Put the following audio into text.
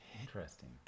Interesting